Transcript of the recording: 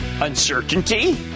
uncertainty